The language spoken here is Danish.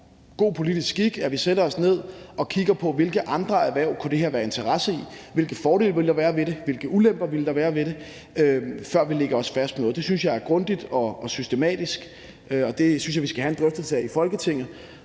god politisk skik, at vi sætter os ned og kigger på, hvilke andre erhverv det her kunne have interesse for, hvilke fordele der ville være ved det, og hvilke ulemper der ville være ved det, før vi lægger os fast på noget. Det synes jeg er grundigt og systematisk, og det synes jeg vi skal have en drøftelse af i Folketinget,